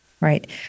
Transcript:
Right